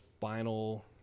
final